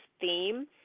theme